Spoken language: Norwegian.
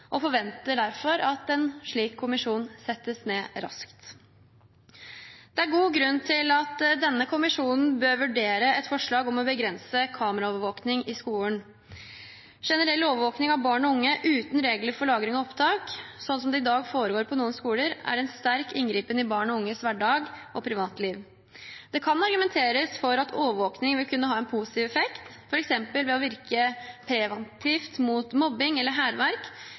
og forventer derfor at en slik kommisjon settes ned raskt. Det er god grunn til at denne kommisjonen bør vurdere et forslag om å begrense kameraovervåking i skolen. Generell overvåking av barn og unge uten regler for lagring av opptak, slik det i dag foregår på noen skoler, er en sterk inngripen i barn og unges hverdag og privatliv. Det kan argumenteres for at overvåking kan ha en positiv effekt, f.eks. ved å virke preventivt mot mobbing eller hærverk,